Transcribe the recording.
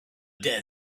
dead